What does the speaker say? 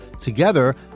Together